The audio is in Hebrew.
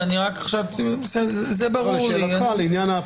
לחוק ובאישור ועדת החוקה חוק ומשפט של הכנסת לפי סעיף 11(ה)